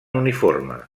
uniforme